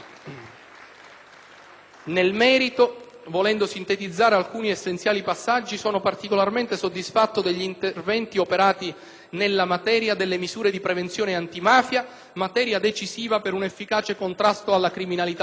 Nel merito, volendo sintetizzare alcuni essenziali passaggi, sono particolarmente soddisfatto degli interventi operati nella materia delle misure di prevenzione antimafia, decisiva per un efficace contrasto della criminalità organizzata.